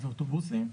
שזה אוטובוסים,